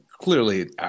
clearly